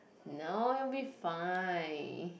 no it will be fine